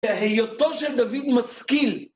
היותו של דוד משכיל.